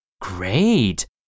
Great